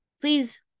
Please